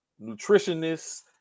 nutritionists